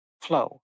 flow